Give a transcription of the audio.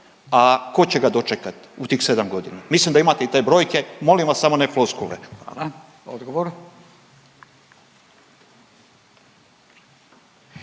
a tko će ga dočekati u tih 7 godina. Mislim da imate i te brojke, molim vas, samo ne floskule.